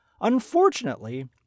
Unfortunately